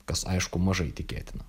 kas aišku mažai tikėtina